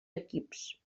equips